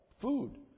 food